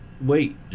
wait